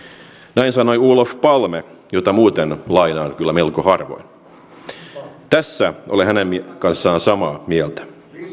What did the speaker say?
näin sanoi olof palme jota muuten lainaan kyllä melko harvoin tässä olen hänen kanssaan samaa mieltä